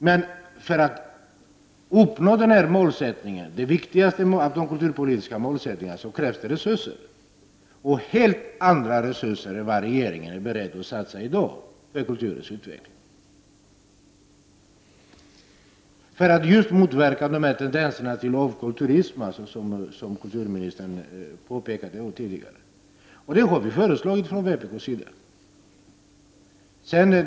Men för att uppnå denna målsättning, den viktigaste av de kulturpolitiska målsättningarna, krävs det resurser — och helt andra resurser än de som regeringen i dag är beredd att satsa på kulturens utveckling. Man måste motverka de tendenser till kulturlöshet som finns, vilket kulturministern tidigare påpekade. Detta har vi i vpk föreslagit.